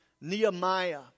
Nehemiah